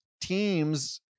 teams